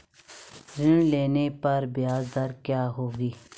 ऋण लेने पर ब्याज दर क्या रहेगी?